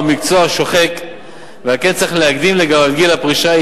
מקצוע שוחק ועל כן צריך להקדים לגביו את גיל הפרישה,